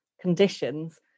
conditions